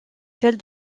celle